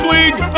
League